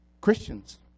Christians